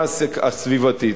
הסכנה הסביבתית.